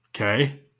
okay